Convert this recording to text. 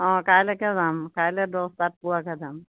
অঁ কাইলৈকে যাম কাইলৈ দহটাত পোৱাকৈ যাম